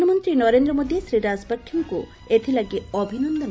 ପ୍ରଧାନମନ୍ତ୍ରୀ ନରେନ୍ଦ୍ର ମୋଦୀ ଶ୍ରୀ ରାଜପକ୍ଷେଙ୍କୁ ଏଥିଲାଗି ଅଭିନନ୍ଦନ